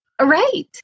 Right